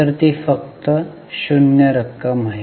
तर ती फक्त 0 रक्कम आहे